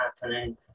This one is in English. happening